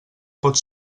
pot